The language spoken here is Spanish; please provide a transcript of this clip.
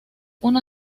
una